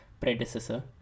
predecessor